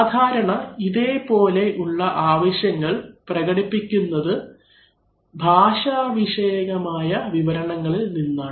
സാധാരണ ഇതേപോലെ ഉള്ള ആവശ്യങ്ങൾ പ്രകടിപ്പിക്കുന്നത് ഭാഷാവിഷയകമായ വിവരണങ്ങളിൽ നിന്നാണ്